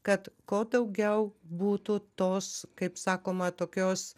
kad kuo daugiau būtų tos kaip sakoma tokios